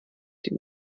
den